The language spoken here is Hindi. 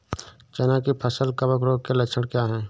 चना की फसल कवक रोग के लक्षण क्या है?